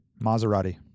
Maserati